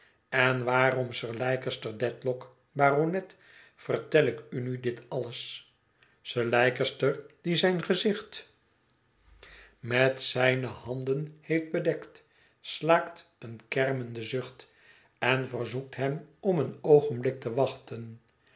en waarom sir leicester dedlock baronet vertel ik u nu dit alles sir leicester die zijn gezicht met zijne handen heeft bedekt slaakt een kermenden zucht en verzoekt hem om een oogenblik te wachten